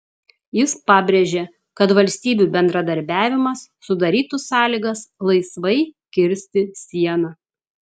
jis pabrėžė kad valstybių bendradarbiavimas sudarytų sąlygas laisvai kirsti sieną